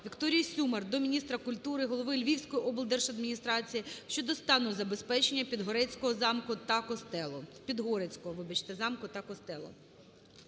ВікторіїСюмар до міністра культури, голови Львівської облдержадміністрації щодо стану забезпечення Підгорецького замку та костелу.